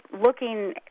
looking